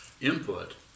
input